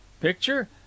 picture